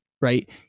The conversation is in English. right